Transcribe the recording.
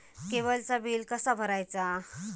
केबलचा बिल कसा भरायचा?